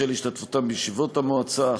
בשל השתתפותם בישיבות המועצה,